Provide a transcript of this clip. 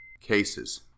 cases